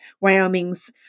Wyoming's